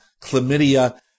Chlamydia